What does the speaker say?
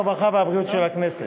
הרווחה והבריאות של הכנסת.